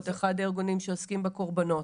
אחד הארגונים שעוסקים בקורבנות,